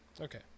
Okay